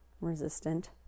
resistant